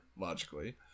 logically